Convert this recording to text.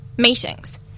meetings